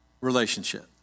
relationship